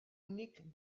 únic